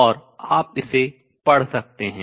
और आप इसे पढ़ सकते हैं